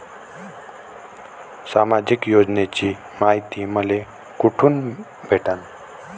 सामाजिक योजनेची मायती मले कोठून भेटनं?